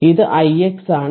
ഇത് ix ആണ്